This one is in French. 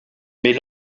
mais